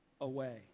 away